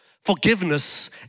Forgiveness